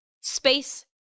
space